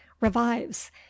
revives